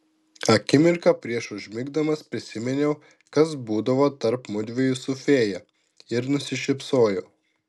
akimirką prieš užmigdamas prisiminiau kas būdavo tarp mudviejų su fėja ir nusišypsojau